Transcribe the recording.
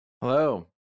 Hello